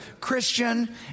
Christian